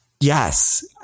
Yes